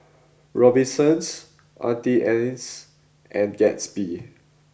Robinsons Auntie Anne's and Gatsby